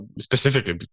specifically